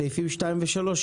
סעיפים 2 ו-3,